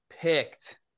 picked